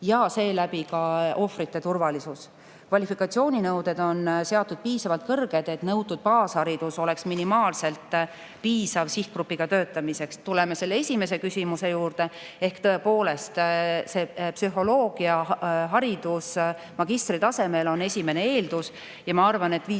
ja seeläbi ka ohvrite turvalisus. Kvalifikatsiooninõuded on seatud piisavalt kõrged, et nõutud baasharidus oleks minimaalselt piisav sihtgrupiga töötamiseks. Tuleme selle esimese küsimuse juurde. Ehk tõepoolest, psühholoogiaharidus magistritasemel on esimene eeldus. Ma arvan, et viis